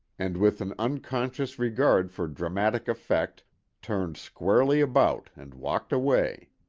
and with an unconscious regard for dramatic effect turned squarely about and walked away.